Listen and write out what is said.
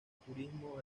turismo